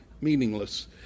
Meaningless